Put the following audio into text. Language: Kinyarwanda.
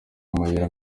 amayira